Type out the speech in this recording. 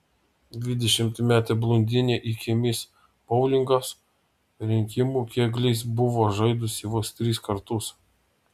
dvidešimtmetė blondinė iki mis boulingas rinkimų kėgliais buvo žaidusi vos tris kartus